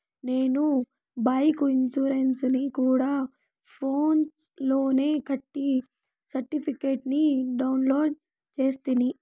నేను బైకు ఇన్సూరెన్సుని గూడా ఫోన్స్ లోనే కట్టి సర్టిఫికేట్ ని డౌన్లోడు చేస్తిని